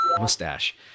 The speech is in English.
mustache